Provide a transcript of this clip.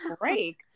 break